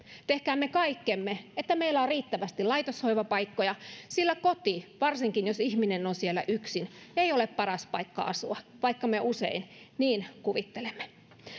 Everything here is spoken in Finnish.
tehkäämme kaikkemme että meillä on riittävästi laitoshoivapaikkoja sillä koti varsinkin jos ihminen on siellä yksin ei ole paras paikka asua vaikka me usein niin kuvittelemme